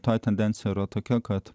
toji tendencija yra tokia kad